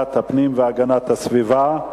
לוועדת הפנים והגנת הסביבה.